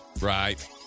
Right